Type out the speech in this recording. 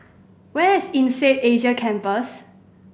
where is INSEAD Asia Campus